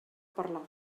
parlar